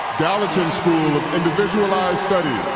gallatin school of individualized study